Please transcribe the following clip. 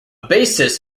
basis